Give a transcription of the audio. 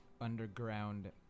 underground